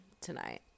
tonight